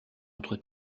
autre